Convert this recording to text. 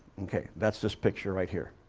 okay. that's this picture right here.